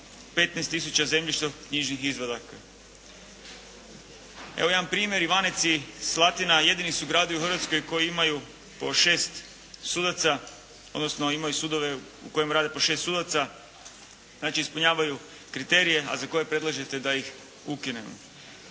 tisuća zemljišno-knjižnih izvadaka. Evo jedan primjer. Ivanec i Slatina jedini su gradovi u Hrvatskoj koji imaju po šest sudaca odnosno imaju sudove u kojima radi po šest sudaca, znači ispunjavaju kriterije a za koje predlažete da ih ukinemo.